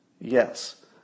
Yes